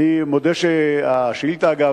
אגב,